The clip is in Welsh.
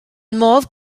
modd